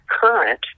current